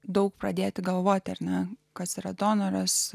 daug pradėti galvoti ar na kas yra donoras